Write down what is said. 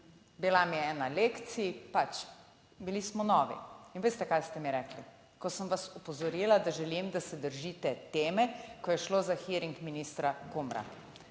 Bila mi je ena lekcij, pač, bili smo novi in veste kaj ste mi rekli, ko sem vas opozorila, da želim, da se držite teme, ko je šlo za hearing ministra Kumra,